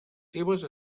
seves